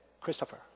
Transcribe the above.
Christopher